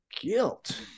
guilt